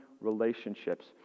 relationships